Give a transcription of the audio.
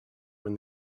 when